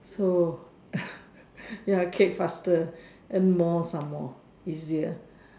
so ya cake faster earn more some more easier